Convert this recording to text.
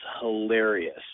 hilarious